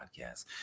podcast